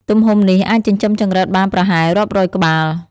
ទំហំនេះអាចចិញ្ចឹមចង្រិតបានប្រហែលរាប់រយក្បាល។